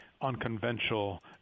unconventional